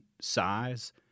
size